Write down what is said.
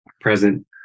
present